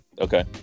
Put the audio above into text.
Okay